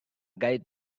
guide